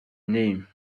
name